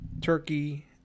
Turkey